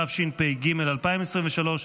התשפ"ג 2023,